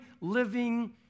living